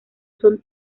son